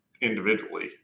individually